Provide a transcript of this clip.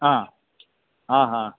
हा हा हा